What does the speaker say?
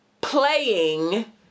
playing